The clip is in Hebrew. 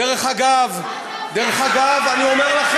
דרך אגב, דרך אגב, מה אתה עושה?